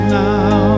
now